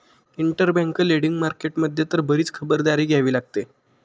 interbank lending market मध्ये तर बरीच खबरदारी घ्यावी लागते